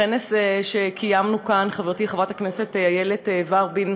בכנס שקיימנו חברתי חברת הכנסת איילת ורבין